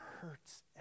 hurts